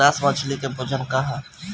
Grass मछली के भोजन का ह?